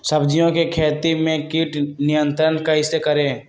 सब्जियों की खेती में कीट नियंत्रण कैसे करें?